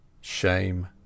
shame